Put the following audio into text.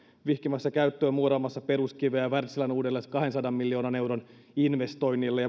muuraamassa peruskiveä wärtsilän uudelle kahdensadan miljoonan euron investoinnille